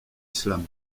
islam